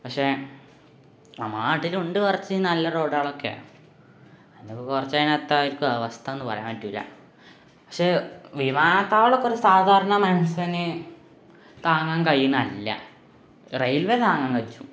പക്ഷേ നമ്മളുടെ നാട്ടിലുമുണ്ട് കുറച്ച് നല്ല റോഡുകളൊക്കെ അതിനിപ്പോള് കുറച്ചതിനാത്തായിരിക്കും അവസ്ഥ എന്ന് പറയാൻ പറ്റില്ല പക്ഷേ വിമാനത്താവളമൊക്കെ ഒരു സാധാരണ മനുസ്യന് താങ്ങാൻ കഴിയുന്നതല്ല റെയിൽവേ താങ്ങാൻ പറ്റും